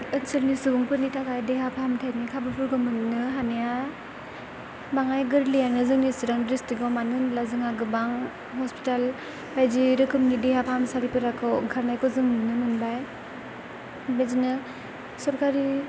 actually सुबुंफोरनि थाखाय देहा फाहामथायनि खाबुफोरखौ मोननो हानाया बाङाय गोरलैयानो जोंनि चिरां डिस्ट्रिक्टआव मानो होनोब्ला जोंहा गोबां हस्पिटाल बायदि रोखोमनि देहा फाहामसालिफोरखौ ओंखारनायखौ जों नुनो मोनबाय बेबायदिनो सरकारि